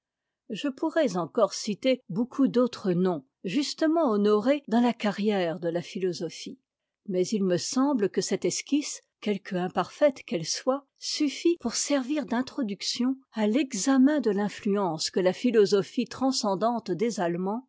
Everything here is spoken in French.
je pourrais encore citer beaucoup d'autres noms justement honorés dans la carrière de la philosophie mais il me semble que cette esquisse quelque imparfaite qu'elle soit suffit pour servir d'introduction à l'examen de l'influence que la philosophie transcendante des allemands